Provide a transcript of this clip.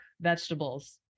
vegetables